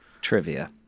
Trivia